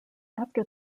after